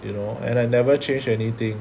you know and I never change anything